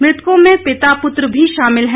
मुतकों में पिता पुत्र भी शामिल हैं